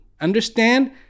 Understand